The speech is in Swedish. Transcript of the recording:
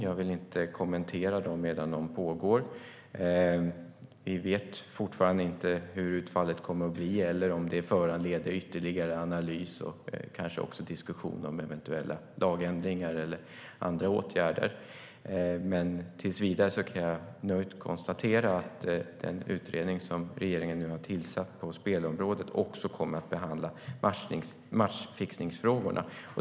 Jag vill inte kommentera dem medan de pågår. Vi vet fortfarande inte hur utfallet kommer att bli eller om det föranleder ytterligare analys och kanske också diskussion om lagändringar eller andra åtgärder. Tills vidare kan jag nöjt konstatera att den utredning som regeringen nu har tillsatt på spelområdet också kommer att behandla matchfixningsfrågorna.